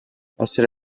essere